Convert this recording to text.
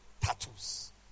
Tattoos